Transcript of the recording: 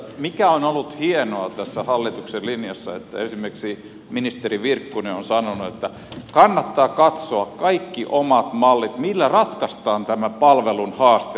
mikä on ollut hienoa tässä hallituksen linjassa on se että esimerkiksi ministeri virkkunen on sanonut että kannattaa katsoa kaikki omat mallit millä ratkaistaan tämä palvelun haaste ja nämä ongelmat